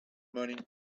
money